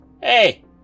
Hey